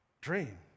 dream